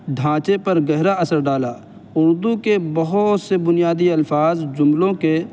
ڈھانچے پر گہرا اثر ڈالا اردو کے بہت سے بنیادی الفاظ جملوں کے